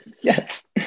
Yes